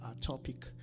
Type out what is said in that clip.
topic